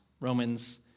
Romans